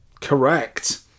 Correct